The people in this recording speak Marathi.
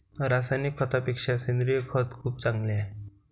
रासायनिक खतापेक्षा सेंद्रिय खत खूप चांगले आहे